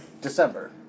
December